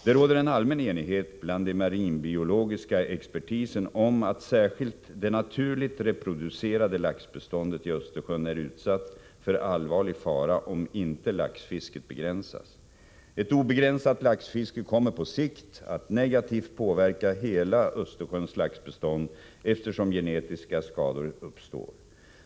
Det råder en allmän enighet bland den marinbiologiska expertisen om att särskilt det naturligt reproducerade laxbeståndet i Östersjön är utsatt för allvarlig fara om inte laxfisket begränsas. Ett obegränsat laxfiske kommer på sikt att negativt påverka hela Östersjöns laxbestånd, eftersom genetiska skador uppstår.